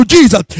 Jesus